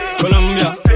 Colombia